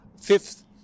fifth